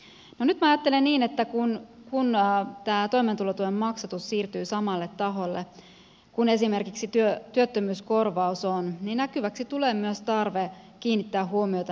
nyt minä ajattelen niin että kun tämä toimeentulotuen maksatus siirtyy samalle taholle kuin esimerkiksi työttömyyskorvaus on niin näkyväksi tulee myös tarve kiinnittää huomiota näihin ensisijaisiin etuuksiin